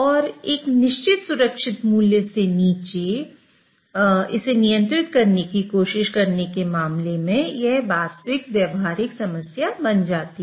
और एक निश्चित सुरक्षित मूल्य से नीचे इसे नियंत्रित करने की कोशिश करने के मामले में यह वास्तविक व्यावहारिक समस्या बन जाती है